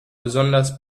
besonders